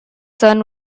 sun